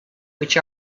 which